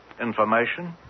Information